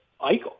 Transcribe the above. Eichel